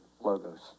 logos